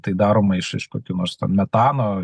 tai daroma iš iš kokių nors metano